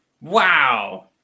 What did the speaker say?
Wow